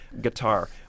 guitar